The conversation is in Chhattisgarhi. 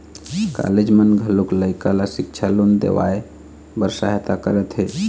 कॉलेज मन घलोक लइका ल सिक्छा लोन देवाए बर सहायता करत हे